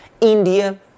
India